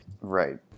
Right